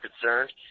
concerned